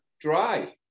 Dry